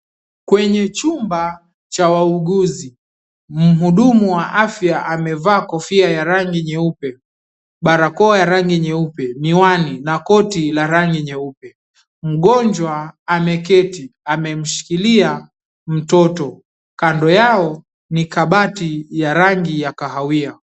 Kwenye chumba cha waauguzi muudumu wa afya amevaa kofia ya rangi nyeupe barakoa ya rangi nyeupe na koti la rangi nyeupe mgonjwa ameketi amemshkilia mtoto kando yao ni kabati ya rangi ya kahawia.